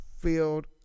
filled